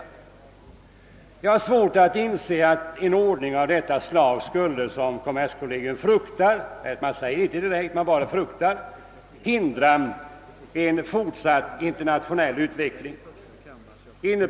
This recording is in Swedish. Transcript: Jag har svårt att inse att en ordning av detta slag — såsom kommerskollegium fruktar utan att direkt säga det — skulle hindra en fortsatt internationell utveckling.